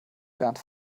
bernd